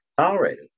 tolerated